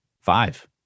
five